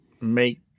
make